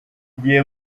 gihe